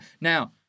Now